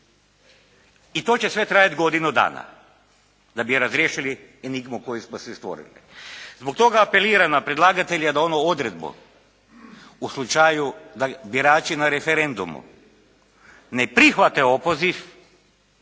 i to će sve trajati godinu dana da bi razriješili enigmu koju smo si stvorili. Zbog toga apeliram na predlagatelja da onu odredbu u slučaju da birači na referendumu ne prihvate opoziv